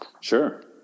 Sure